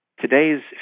Today's